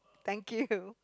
thank you